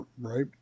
right